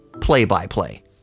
play-by-play